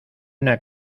una